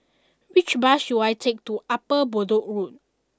which bus should I take to Upper Bedok Road